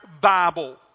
Bible